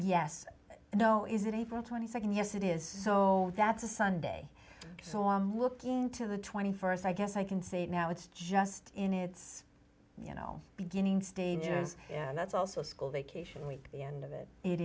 yes no is it april twenty second yes it is so that's a sunday so i'm looking to the twenty first i guess i can say it now it's just in it's you know beginning stages and that's also school vacation week end of it it